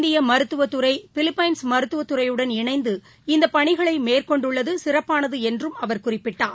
இந்திய மருத்துவத்துறை பிலிப்பைன்ஸ் மருத்துவத் துறையுடன் இணைந்து இந்த பணிகளை மேற்கொள்டுவது சிறப்பானது என்றும் அவர் குறிப்பிட்டார்